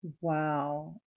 Wow